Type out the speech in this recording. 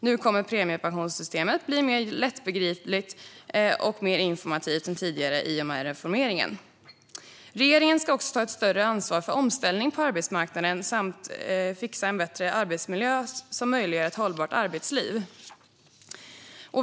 Nu kommer premiepensionssystemet att bli mer lättbegripligt och informativt än tidigare i och med reformeringen. Regeringen ska också ta ett större ansvar för omställning på arbetsmarknaden samt fixa en bättre arbetsmiljö som möjliggör ett hållbart arbetsliv.